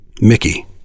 Mickey